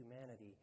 humanity